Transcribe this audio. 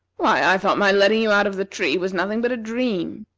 why, i thought my letting you out of the tree was nothing but a dream.